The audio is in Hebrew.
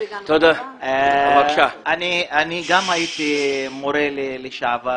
--- אני מורה לשעבר.